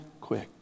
quick